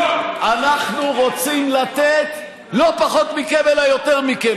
אנחנו רוצים לתת לא פחות מכם אלא יותר מכם.